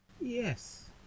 Yes